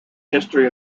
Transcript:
history